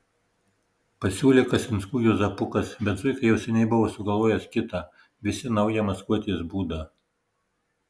pasiūlė kasinskų juozapukas bet zuika jau seniai buvo sugalvojęs kitą visi naują maskuotės būdą